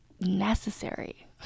necessary